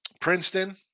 Princeton